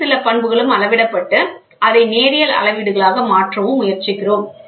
வேறு சில பண்புகளும் அளவிடப்பட்டு அதை நேரியல் அளவீடுகளாக மாற்றவும் முயற்சிக்கிறோம்